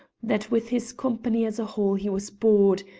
that with his company as a whole he was bored,